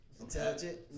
Intelligent